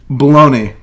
baloney